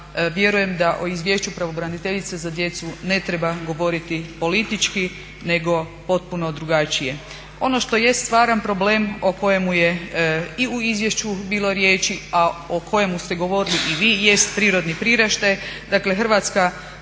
vjerujem da o izvješću pravobraniteljice za djecu ne treba govoriti politički nego potpuno drugačije. Ono što jest stvaran problem o kojemu je i u izvješću bilo riječi, a o kojemu ste govorili i vi jest prirodni priraštaj,